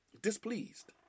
Displeased